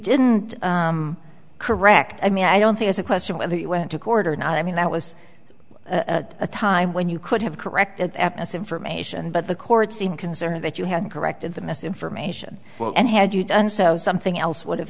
didn't correct i mean i don't think it's a question whether you went to court or not i mean that was at a time when you could have corrected the epis information but the court seemed concerned that you had corrected the mess information well and had you done so something else would have